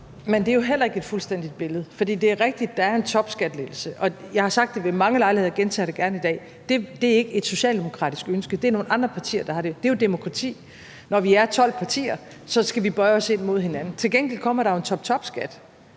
Men det er jo heller ikke et fuldstændigt billede. Det er jo rigtigt, at der kommer en topskattelettelse, og jeg har sagt det ved mange lejligheder og gentager det gerne i dag: Det er ikke et socialdemokratisk ønske; det er nogle andre partier, der har ønsket det. Det er jo sådan i et demokrati, at når vi er 12 partier, skal vi bøje os ind mod hinanden. Til gengæld kommer der jo en toptopskat,